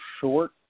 short